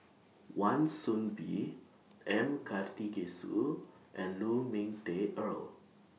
Wan Soon Bee M Karthigesu and Lu Ming Teh Earl